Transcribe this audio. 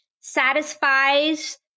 satisfies